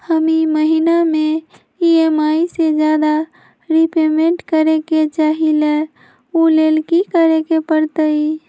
हम ई महिना में ई.एम.आई से ज्यादा रीपेमेंट करे के चाहईले ओ लेल की करे के परतई?